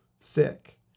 thick